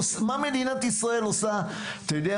אם רוצים לשפץ יותר, מישהו --- אותך?